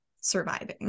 surviving